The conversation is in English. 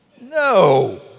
No